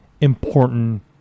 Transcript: important